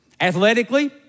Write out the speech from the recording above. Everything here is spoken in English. athletically